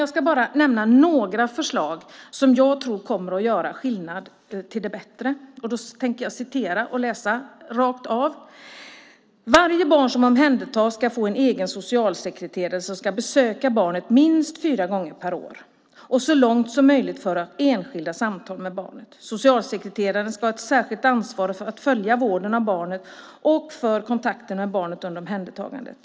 Jag ska nämna några förslag som jag tror kommer att göra skillnad till det bättre. Jag citerar: "Varje barn som omhändertas ska få en egen socialsekreterare som ska besöka barnet minst fyra gånger per år och så långt som möjligt föra enskilda samtal med barnet. Socialsekreteraren ska ha ett särskilt ansvar för att följa vården av barnet och för kontakten med barnet under omhändertagandet."